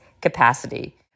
capacity